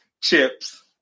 chips